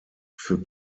für